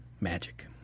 Magic